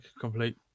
complete